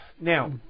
Now